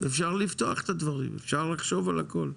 אפשר לפתוח את הדברים, אפשר לחשוב על הכל.